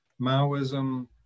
Maoism